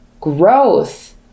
growth